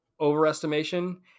overestimation